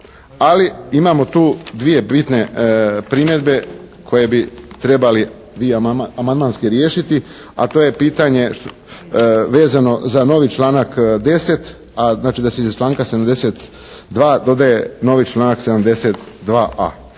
ali imamo tu dvije bitne primjedbe koje bi trebali i amandmanski riješiti, a to je pitanje vezano za novi članak 10., a znači da se iza članka 72. dodaje novi članak 72.a.